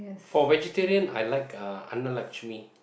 for vegetarian I like uh Annalakshmi